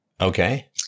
okay